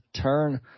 turn